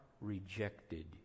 rejected